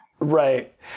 Right